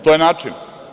To je način.